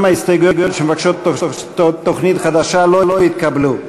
גם ההסתייגויות שמבקשות תוכנית חדשה לא התקבלו.